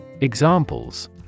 Examples